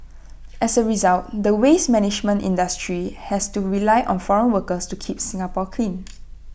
as A result the waste management industry has to rely on foreign workers to keep Singapore clean